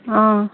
ஆ